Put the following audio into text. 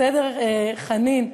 בסדר, חנין?